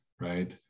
right